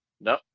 no